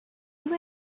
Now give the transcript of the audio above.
you